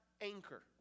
anchor